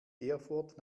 erfurt